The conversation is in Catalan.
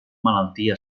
malaltia